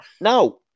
no